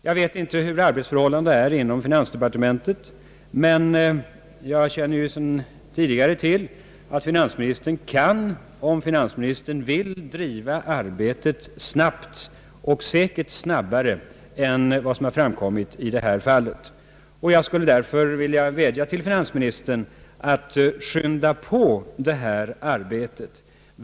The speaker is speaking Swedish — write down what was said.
Jag känner inte till arbetsförhållandena inom finansdepartementet, men jag vet från tidigare tillfällen att finansministern, om han vill, kan bedriva arbetet snabbt och säkerligen snabbare än vad som varit förhållandet i detta fall. Jag skulle därför vilja vädja till finansministern att påskynda detta arbete.